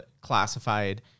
classified